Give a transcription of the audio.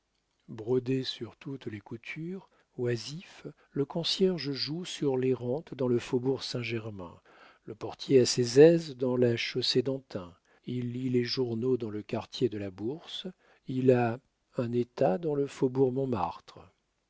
brodé sur toutes les coutures oisif le concierge joue sur les rentes dans le faubourg saint-germain le portier a ses aises dans la chaussée-d'antin il lit les journaux dans le quartier de la bourse il a un état dans le faubourg montmartre